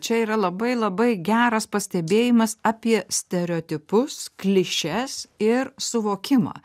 čia yra labai labai geras pastebėjimas apie stereotipus klišes ir suvokimą